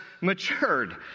matured